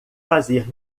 fazer